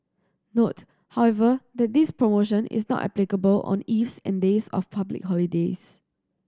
note however that this promotion is not applicable on eves and days of public holidays